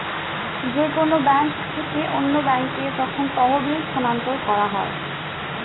যে কোন ব্যাংক থেকে অন্য ব্যাংকে যখন তহবিল স্থানান্তর করা হয়